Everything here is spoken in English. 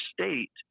state